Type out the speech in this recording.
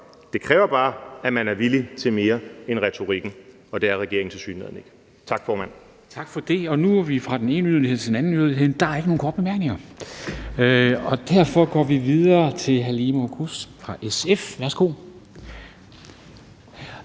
Det kræver bare, at man er villig til mere end retorikken, og det er regeringen tilsyneladende ikke. Tak, formand.